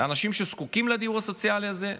לאנשים שזקוקים לדיור הסוציאלי הזה,